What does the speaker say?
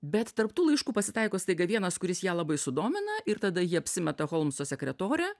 bet tarp tų laiškų pasitaiko staiga vienas kuris ją labai sudomina ir tada ji apsimeta holmso sekretore